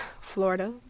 Florida